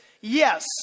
Yes